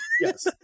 yes